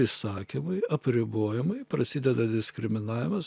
įsakymai apribojimai prasideda diskriminavimas